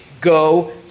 go